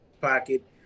pocket